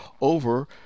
over